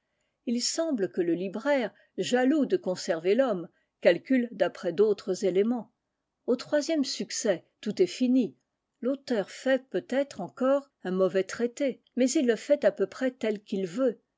il semble que le libraire jaloux de conserver l'homme calcule d'après d'autres éléments au troisième succès tout est fini l'auteur fait peut-être encore un mauvais traité mais il le fait à peu près tel qu'il veut